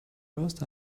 rust